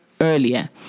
earlier